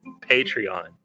Patreon